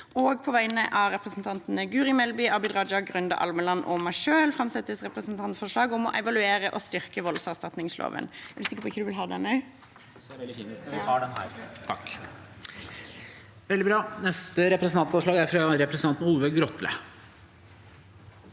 på vegne av representantene Guri Melby, Abid Raja, Grunde Almeland og meg selv framsetter jeg et representantforslag om å evaluere og styrke voldserstatningsordningen.